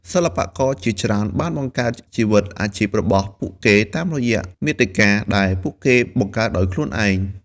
សិល្បករជាច្រើនបានបង្កើតជីវិតអាជីពរបស់ពួកគេតាមរយៈមាតិកាដែលពួកគេបង្កើតដោយខ្លួនឯង។